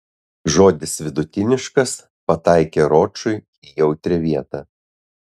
žodis vidutiniškas pataikė ročui į jautri vietą